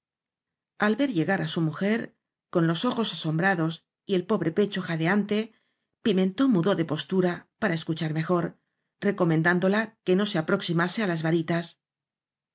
al ver llegar á su mujer con los ojos asom brados y el pobre pecho jadeante pimentó mudó de postura para escuchar mejor recomen dándola que no se aproximase á las varitas